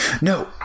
no